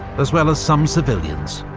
as well as some civilians.